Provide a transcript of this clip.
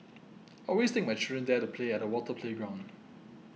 always take my children there to play at the water playground